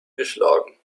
geschlagen